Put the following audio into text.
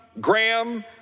graham